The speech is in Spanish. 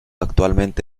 actualmente